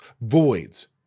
voids